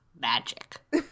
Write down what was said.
magic